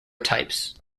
types